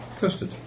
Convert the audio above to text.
custard